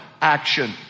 Action